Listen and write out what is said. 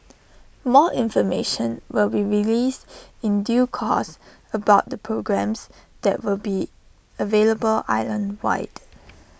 more information will be released in due course about the programmes that will be available island wide